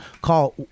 call